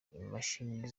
imashini